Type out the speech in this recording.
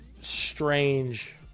strange